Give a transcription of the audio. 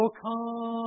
come